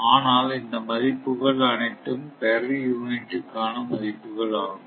ஆனால் இந்த மதிப்புகள் அனைத்தும் பெர் யூனிட் மதிப்புகள் ஆகும்